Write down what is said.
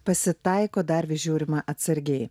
pasitaiko dar vis žiūrima atsargiai